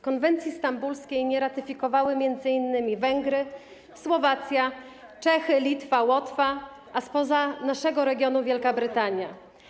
Konwencji stambulskiej nie ratyfikowały m.in. Węgry, Słowacja, Czechy, Litwa, Łotwa, a spoza naszego regionu: Wielka Brytania.